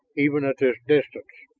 even at this distance.